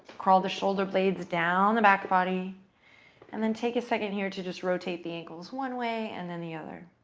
crawl the shoulder blades down the back body and then take a second here to just rotate the ankles one way and then the other.